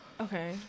Okay